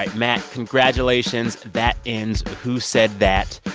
like matt, congratulations. that ends who said that.